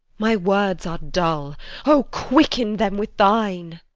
my words are dull o, quicken them with thine!